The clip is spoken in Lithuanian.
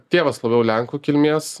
tėvas labiau lenkų kilmės